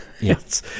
Yes